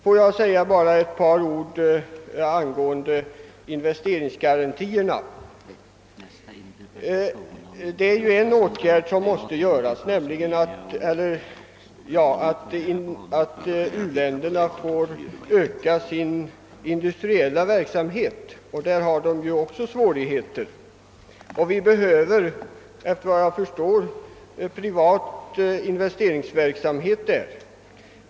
Får jag sedan säga några ord om investeringsgarantierna. U-länderna måste öka sin industriella verksamhet och de har svårigheter med det. Där behövs, efter vad jag förstår, privat investeringsverksamhet.